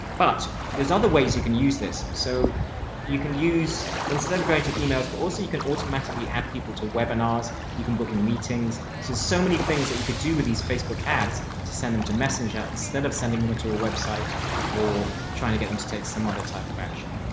but there's other ways you can use this so you can use instead of going to emails, but also you can automatically add people to webinars. you can book in meetings, so there's so many things that you could do with these facebook ads to send them to messenger instead of sending them into a website or trying to get them to take some other type of action.